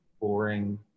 boring